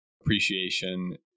appreciation